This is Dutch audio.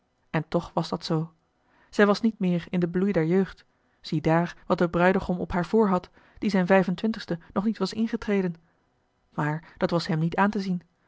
en toch was dat zoo zij was niet meer in den bloei der jeugd ziedaar wat de bruidegom op haar voor had die zijn vijf-en-twintigste nog niet was ingetreden maar dat was hem niet aan te zien